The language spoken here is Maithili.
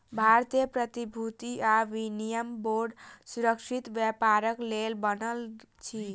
भारतीय प्रतिभूति आ विनिमय बोर्ड सुरक्षित व्यापारक लेल बनल अछि